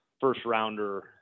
first-rounder